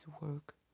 work